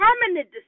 permanent